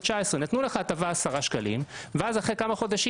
אבל נתנו לך הטבה 10 שקלים ואחרי כמה חודשים